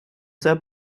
sehr